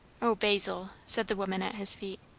o basil, said the woman at his feet,